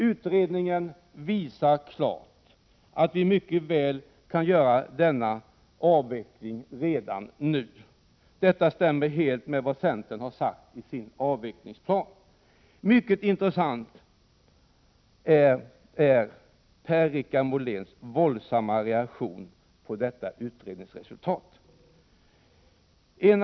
Utredningen visar klart att vi mycket väl kan göra den avvecklingen redan nu. Detta stämmer helt med vad centern har sagt i sin avvecklingsplan. Per-Richard Moléns våldsamma reaktion på detta utredningsresultat var mycket intressant.